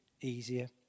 easier